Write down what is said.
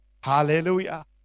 Hallelujah